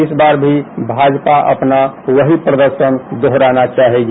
इस बार भी भाजपा अपना वही प्रदर्शन दोहराना चाहेगी